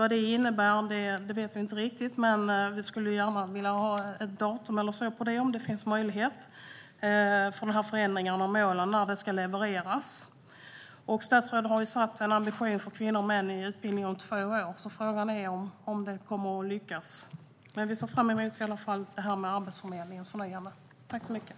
Vad det innebär vet vi inte riktigt, men om det finns möjlighet till det skulle vi gärna vilja ha ett datum för när de här förändringarna och målen ska levereras. Statsrådet har uttryckt en ambition att kvinnor och män ska vara i utbildning om två år. Frågan är om det kommer att lyckas. Vi ser i alla fall fram emot det här med förnyandet av Arbetsförmedlingen.